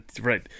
right